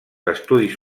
estudis